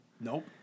nope